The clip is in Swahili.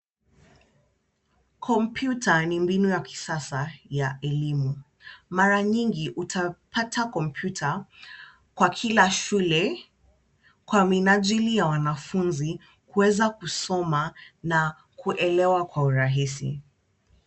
Kompyuta ni mbinu ya kisasa ya elimu. Mara nyingi utapata kompyuta kwa kila shule, kwa minajili ya wanafunzi kuweza kusoma na kuelewa kwa urahisi.